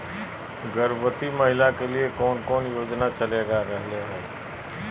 गर्भवती महिला के लिए कौन कौन योजना चलेगा रहले है?